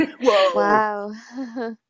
Wow